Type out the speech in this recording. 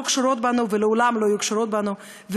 קשורות בנו ולעולם לא יהיו קשורות בנו,